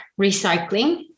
recycling